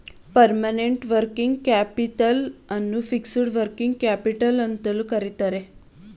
permanent working capital ಅನ್ನು fixed working capital ಅಂತಲೂ ಕರಿತರೆ